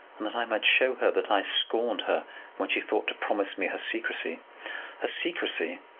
and that i might show her that i scorned her when she thought to promise me her secrecy her secrecy,